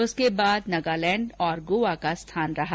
उसके बाद नागालैंड और गोवा का स्थान रहा